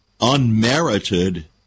unmerited